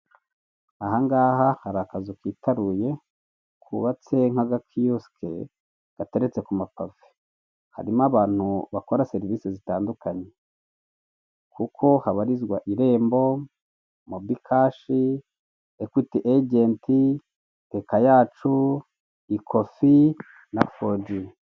Aha ngaha hari akazu kitaruye kubabatse nk'agakiyosike gateretse gateretse ku mapave, harimo abantu bakora serivisi zitandukanye kuko habarizwa irembo mobi cakashi, ekwute ejenti, beka yacu, ikofi na foji.